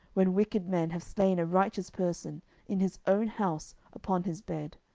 when wicked men have slain a righteous person in his own house upon his bed?